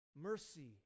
mercy